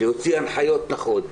להוציא הנחיות נכון,